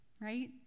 right